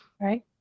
Right